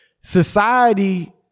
society